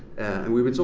and we were told,